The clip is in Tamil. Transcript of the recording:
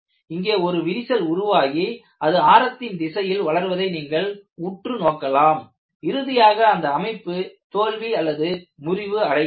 இங்கே ஒரு விரிசல் உருவாகி அது ஆரத்தின் திசையில் வளர்வதை நீங்கள் உற்று நோக்கலாம் இறுதியாக அந்த அமைப்பு தோல்வி முறிவு அடைகிறது